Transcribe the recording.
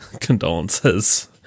condolences